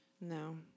No